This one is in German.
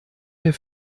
der